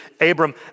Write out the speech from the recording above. Abram